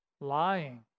Lying